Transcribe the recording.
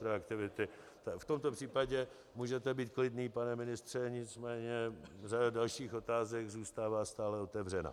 V tomto případě můžete být klidný, pane ministře, nicméně řada dalších otázek zůstává stále otevřena.